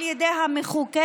על ידי המחוקק,